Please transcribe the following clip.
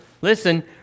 listen